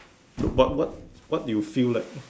look but what what do you feel like